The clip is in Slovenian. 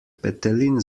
petelin